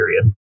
period